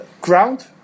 ground